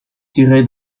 tiré